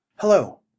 Hello